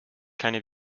keine